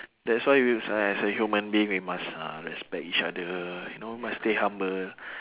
that's why you uh as a human being we must uh respect each other you know must stay humble